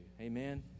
Amen